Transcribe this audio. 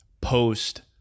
post